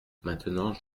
maintenant